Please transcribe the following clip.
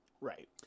Right